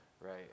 Right